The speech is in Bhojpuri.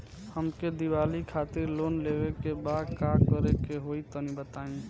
हमके दीवाली खातिर लोन लेवे के बा का करे के होई तनि बताई?